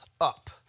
up